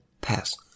pass